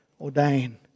ordain